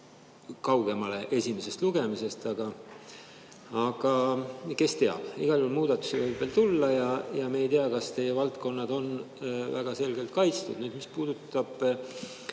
kaugemale esimesest lugemisest, aga kes teab. Igal juhul võib muudatusi veel tulla ja me ei tea, kas teie valdkonnad on väga selgelt kaitstud. Mis puutub